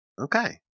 okay